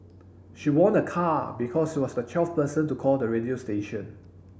she won a car because she was the twelfth person to call the radio station